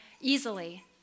easily